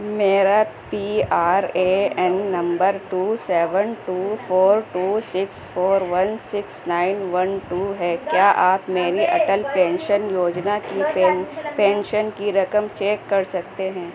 میرا P R A N number two seven two four two six four one six nine one two ہے کیا آپ میری Atal pension Yojana کی پین پینشن کی رقم چیک کر سکتے ہیں